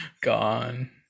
gone